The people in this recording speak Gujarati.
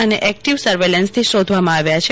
અને એકટીવ સવલન્સ થી શોધવામાં આવ્યા છે